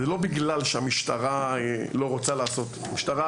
לא בגלל שהמשטרה לא רוצה לעשות, המשטרה